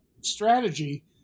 strategy